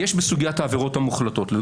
כבר